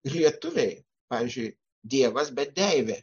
ir lietuviai pavyzdžiui dievas bet deivė